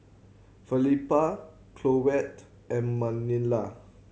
Felipa Colette and Manilla